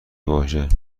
واژه